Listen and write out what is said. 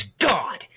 God